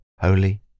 holy